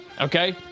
okay